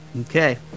okay